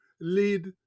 lead